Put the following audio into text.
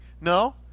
No